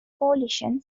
coalition